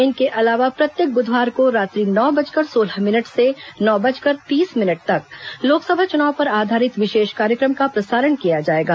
इनके अलावा प्रत्येक बुधवार को रात्रि नौ बजकर सोलह मिनट से नौ बजकर तीस मिनट तक लोकसभा चुनाव पर आधारित विशेष कार्यक्रम का प्रसारण किया जाएगा